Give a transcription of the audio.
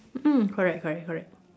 mm correct correct correct